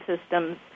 systems